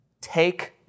take